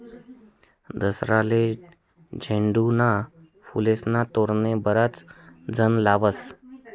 दसराले झेंडूना फुलेस्नं तोरण बराच जण लावतस